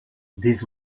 this